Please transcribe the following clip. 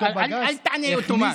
אל תענה אוטומט,